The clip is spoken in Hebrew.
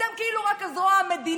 אתם כאילו רק הזרוע המדינית,